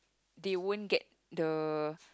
they won't get the